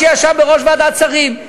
שישב בראש ועדת השרים.